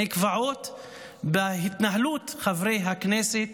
נקבעים בהתנהלות חברי הכנסת